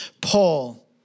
Paul